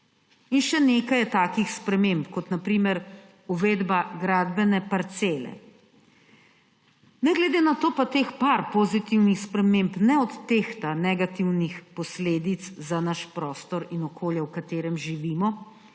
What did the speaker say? In še nekaj je takih sprememb, na primer uvedba gradbene parcele. Ne glede na to pa teh nekaj pozitivnih sprememb ne odtehta negativnih posledic za naš prostor in okolje, v katerem živimo,